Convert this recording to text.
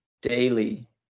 daily